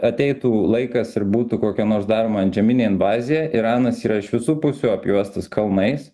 ateitų laikas ir būtų kokia nors daroma antžeminėn bazė iranas yra iš visų pusių apjuostas kalnais